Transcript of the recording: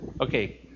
Okay